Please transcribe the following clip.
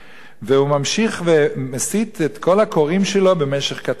והוא ממשיך ומסית את כל הקוראים שלו במשך כתבה שלמה,